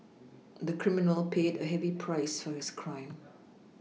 the criminal paid a heavy price for his crime